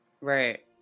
Right